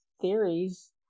theories